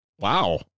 Wow